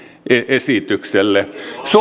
esitykselle